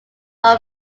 all